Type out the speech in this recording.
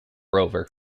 rover